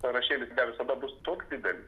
sąrašėlis ne visada bus toks didelis